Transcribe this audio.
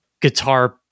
guitar